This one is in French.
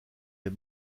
les